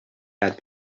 had